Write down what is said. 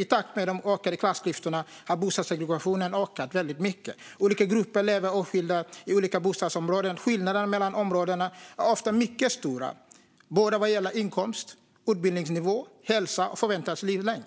I takt med de ökande klassklyftorna ser vi att också bostadssegregationen har ökat mycket. Olika grupper lever åtskilda i olika bostadsområden. Skillnaderna mellan områdena är ofta mycket stora vad gäller både inkomst, utbildningsnivå, hälsa och förväntad livslängd.